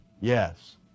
yes